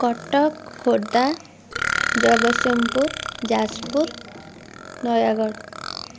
Cuttack Khordha Jagatsinghpur Jajpur Nayagarh